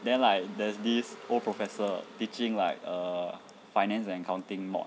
then like there's this old professor teaching like err finance and accounting mod